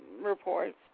reports